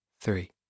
three